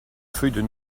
feuilles